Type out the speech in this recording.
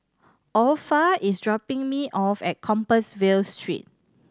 Orpha is dropping me off at Compassvale Street